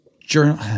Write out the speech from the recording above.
journal